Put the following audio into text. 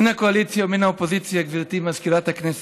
מן הקואליציה ומן האופוזיציה, גברתי מזכירת הכנסת,